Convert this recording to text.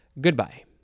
goodbye